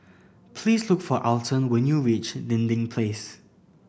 please look for Alton when you reach Dinding Place